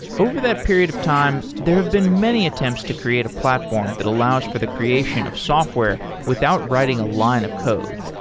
over that period of time, there have been many attempts to create a platform that allows for the creation of software without writing a line of code.